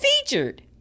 Featured